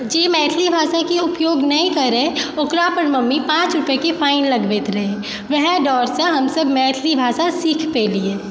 जे मैथिली भाषाके ऊपयोग नहि करै ओकरा पर मम्मी पाँच रुपैआके फाइन लगबैत रहै ओएह डरसँ हमसब मैथिली भाषा सीख पेलियै